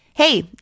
Hey